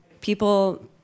People